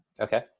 Okay